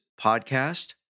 podcast